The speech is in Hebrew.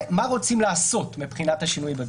מה רוצים לעשות מבחינת השינויים האלה.